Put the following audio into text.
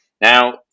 Now